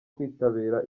kwitabira